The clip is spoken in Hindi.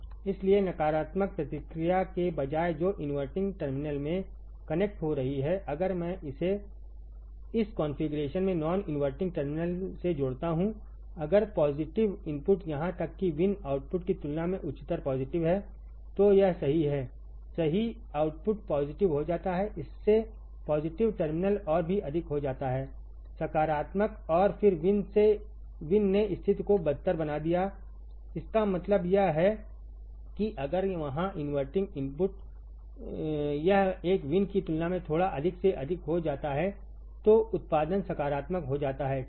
इसलिए नकारात्मक प्रतिक्रिया के बजाय जो इनवर्टिंग टर्मिनल में कनेक्ट हो रही है अगर मैं इसे इस कॉन्फ़िगरेशन में नॉन इनवर्टिंग टर्मिनल से जोड़ता हूं अगर पॉजिटिव इनपुट यहां तक कि Vin आउटपुट की तुलना में उच्चतर पॉजिटिव है तो यह सही है सही आउटपुट पॉजिटिव हो जाता है इससे पॉजिटिव टर्मिनल और भी अधिक हो जाता है सकारात्मक और फिर Vin ने स्थिति को बदतर बना दिया इसका मतलब यह है कि अगर वहाँ इनवर्टिंग इनपुट यह एक Vin की तुलना में थोड़ा अधिक से अधिक हो जाता है तो उत्पादन सकारात्मक हो जाता है ठीक है